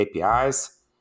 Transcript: APIs